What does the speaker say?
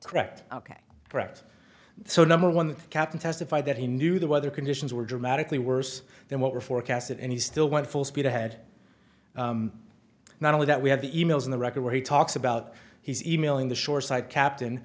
correct ok correct so number one the captain testified that he knew the weather conditions were dramatically worse than what we're forecasted and he still went full speed ahead not only that we have the e mails in the record where he talks about he's e mailing the shoreside captain